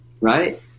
right